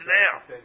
now